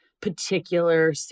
particular